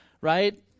right